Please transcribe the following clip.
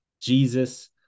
Jesus